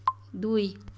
দুই